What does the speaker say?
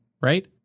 Right